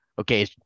okay